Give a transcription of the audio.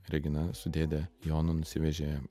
regina su dėde jonu nusivežė